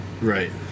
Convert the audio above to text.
right